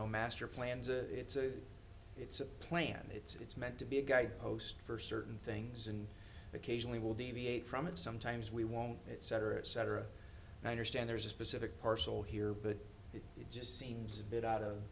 a it's a it's a plan it's meant to be a guy post for certain things and occasionally will deviate from it sometimes we want it cetera et cetera now understand there's a specific parcel here but it just seems a bit out of